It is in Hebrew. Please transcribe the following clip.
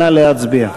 נא להצביע.